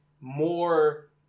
more